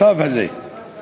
כשהציגו